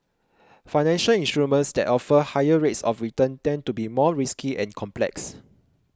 financial instruments that offer higher rates of return tend to be more risky and complex